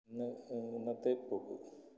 ഇന്ന് ഇന്നത്തെ പോക്ക്